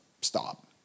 stop